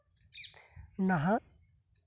ᱱᱟᱦᱟᱜ